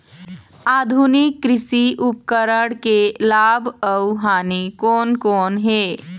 आधुनिक कृषि उपकरण के लाभ अऊ हानि कोन कोन हे?